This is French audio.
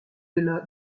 delà